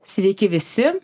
sveiki visi